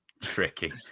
Tricky